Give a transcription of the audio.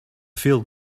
feel